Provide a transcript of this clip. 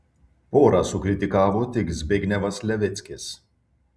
porą sukritikavo tik zbignevas levickis